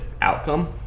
outcome